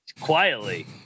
quietly